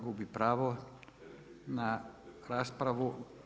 Gubi pravo na raspravu.